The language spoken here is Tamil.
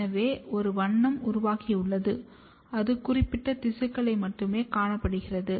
எனவே ஒரு வண்ணம் உருவாகியுள்ளது அது குறிப்பிட்ட திசுக்களில் மட்டுமே காணப்படுகிறது